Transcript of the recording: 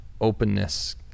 openness